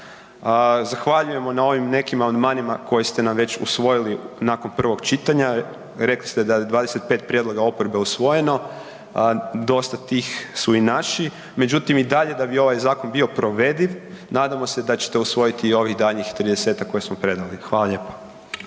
zahvaljujemo na ovima nekima amandmanima koje ste nam već usvojili nakon prvog čitanja, rekli ste da je 25 prijedloga oporbe usvojeno, dosta tih su i naši, međutim i dalje da bi ovaj zakon bio provediv, nadamo se da ćete usvojiti i ovih daljnjih 30-ak koje smo predali. Hvala lijepa.